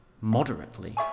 ...moderately